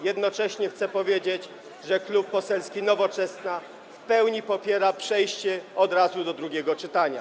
Jednocześnie chcę powiedzieć, że Klub Poselski Nowoczesna w pełni popiera przejście od razu do drugiego czytania.